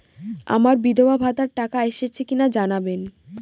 আমার বিধবাভাতার টাকা এসেছে কিনা জানাবেন?